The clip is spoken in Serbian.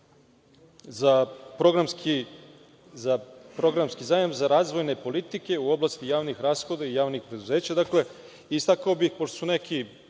za programski zajam za razvojne politike u oblasti javnih rashoda i javnih preduzeća. Dakle, istakao bih, pošto su neki